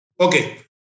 Okay